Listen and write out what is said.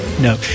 No